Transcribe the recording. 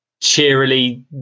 cheerily